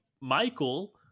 Michael